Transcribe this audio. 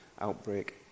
outbreak